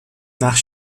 nach